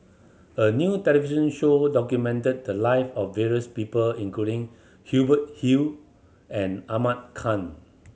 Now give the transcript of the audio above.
a new television show documented the live of various people including Hubert Hill and Ahmad Khan